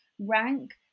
rank